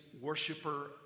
worshiper